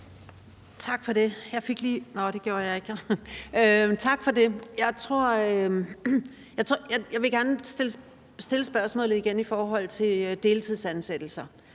Tak for det. Jeg vil gerne stille spørgsmålet igen i forhold til deltidsansættelser.